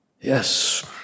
Yes